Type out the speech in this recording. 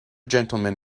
gentlemen